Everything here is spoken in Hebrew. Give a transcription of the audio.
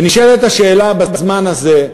ונשאלת השאלה, בזמן הזה,